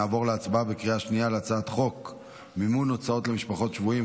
נעבור להצבעה בקריאה שנייה על הצעת חוק מימון הוצאות למשפחות שבויים,